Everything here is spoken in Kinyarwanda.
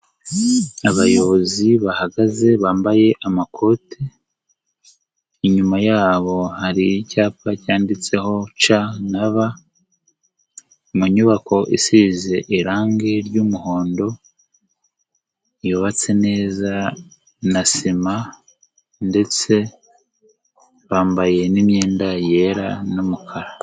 Abayobozi bahagaze bambaye amakote, inyuma yabo hari icyapa cyanditseho C na B, mu nyubako isize irangi ry'umuhondo, yubatse neza na sima ndetse bambaye n'imyenda yera n'umukara.